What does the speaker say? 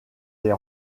des